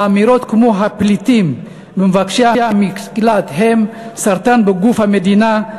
לאמירות כמו: הפליטים ומבקשי המקלט הם סרטן בגוף המדינה,